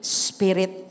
spirit